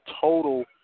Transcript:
total